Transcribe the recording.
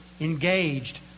engaged